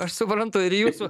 aš suprantu ir jūsų